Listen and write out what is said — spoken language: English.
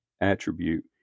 attribute